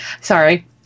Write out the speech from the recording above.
Sorry